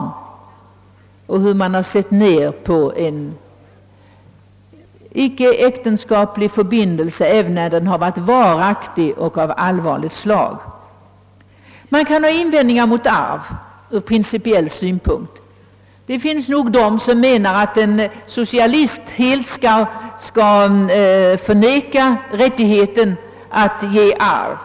Man får klart för sig hur människor sett ned på en icke äktenskaplig förbindelse även när den varit varaktig och av allvarligt slag. Man kan ha invändningar mot arv ur principiell synpunkt; det finns nog de som menar att en socialist helt skall förneka rättigheten att ge arv.